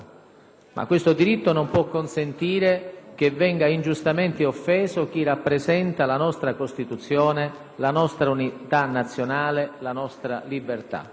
Ma questo diritto non può consentire che venga ingiustamente offeso chi rappresenta la nostra Costituzione, la nostra unità nazionale, la nostra libertà.